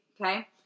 okay